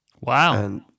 Wow